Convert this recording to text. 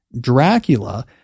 Dracula